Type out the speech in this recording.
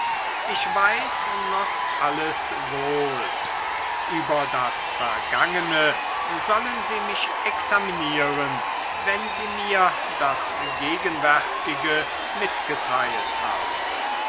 ich weiß wohl noch alles über das vergangene sollen sie mich examinieren wenn sie mir das gegenwärtige mitgeteilt haben